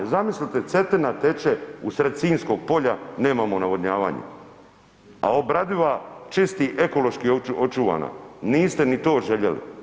Zamislite Cetina teče usred Sinjskog polja, nemamo navodnjavanje, a obradiva čisti ekološki očuvana, niste ni to željeli.